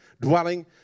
dwelling